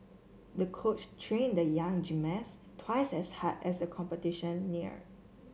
the coach trained the young gymnast twice as hard as a competition neared